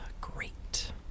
Great